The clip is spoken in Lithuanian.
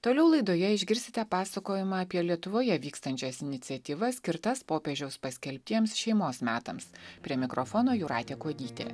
toliau laidoje išgirsite pasakojimą apie lietuvoje vykstančias iniciatyvas skirtas popiežiaus paskelbtiems šeimos metams prie mikrofono jūratė kuodytė